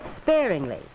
sparingly